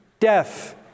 Death